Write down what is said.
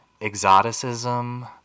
exoticism